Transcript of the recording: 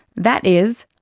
that is,